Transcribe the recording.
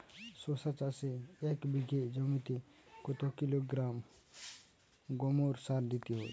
শশা চাষে এক বিঘে জমিতে কত কিলোগ্রাম গোমোর সার দিতে হয়?